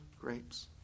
grapes